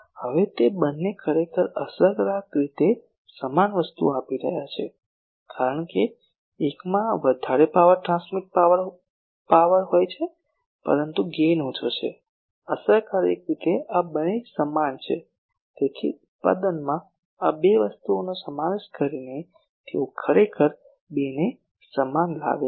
હવે તે બંને ખરેખર અસરકારક રીતે સમાન વસ્તુ આપી રહ્યા છે કારણ કે એકમાં વધારે પાવર ટ્રાન્સમીટર પાવર હોય છે પરંતુ ગેઇન ઓછો છે અસરકારક રીતે આ બે સમાન છે તેથી ઉત્પાદનમાં આ બે વસ્તુઓનો સમાવેશ કરીને તેઓ ખરેખર આ બેને સમાન બનાવે છે